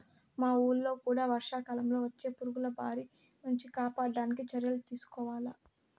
మా వూళ్ళో కూడా వర్షాకాలంలో వచ్చే పురుగుల బారి నుంచి కాపాడడానికి చర్యలు తీసుకోవాల